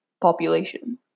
population